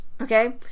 okay